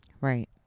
Right